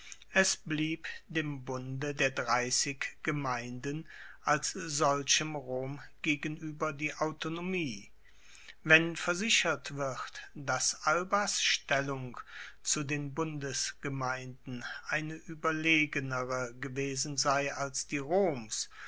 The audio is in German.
es blieb dem bunde der dreissig gemeinden als solchem rom gegenueber die autonomie wenn versichert wird dass albas stellung zu den bundesgemeinden eine ueberlegenere gewesen sei als die roms